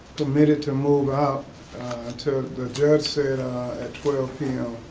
permitted to move out until the judge said at twelve pm.